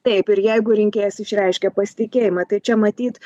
taip ir jeigu rinkėjas išreiškia pasitikėjimą tai čia matyt